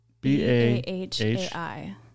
B-A-H-A-I